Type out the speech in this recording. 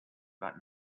about